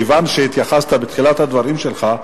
כיוון שהתייחסת בתחילת הדברים שלך,